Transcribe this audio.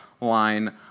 line